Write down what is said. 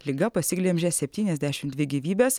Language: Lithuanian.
liga pasiglemžė septyniasdešimt dvi gyvybes